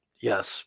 Yes